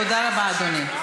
תודה רבה, אדוני.